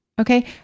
okay